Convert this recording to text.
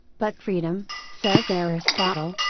but freedom, says aristotle,